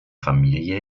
familie